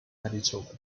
manitoba